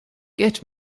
get